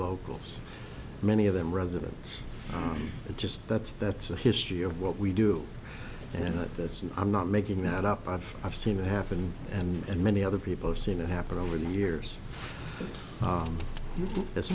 locals many of them residents just that's that's the history of what we do and that's and i'm not making that up i've i've seen it happen and many other people have seen it happen over the years